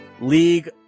League